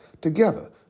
Together